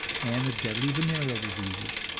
and the deadly venereal diseases.